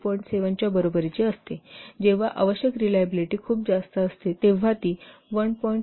7 च्या बरोबरीची असते जेव्हा आवश्यक रिलायबिलिटी खूप जास्त असते तेव्हा ती 1